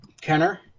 Kenner